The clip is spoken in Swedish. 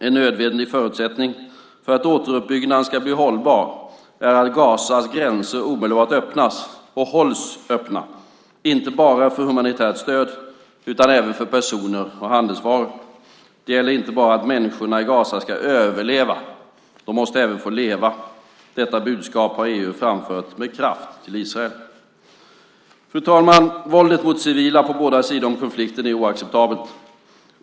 En nödvändig förutsättning för att återuppbyggnaden ska bli hållbar är att Gazas gränser omedelbart öppnas - och hålls öppna - inte bara för humanitärt stöd utan även för personer och handelsvaror. Det gäller inte bara att människorna i Gaza ska överleva - de måste även få leva. Detta budskap har EU framfört med kraft till Israel. Fru talman! Våldet mot civila - på båda sidor i konflikten - är oacceptabelt.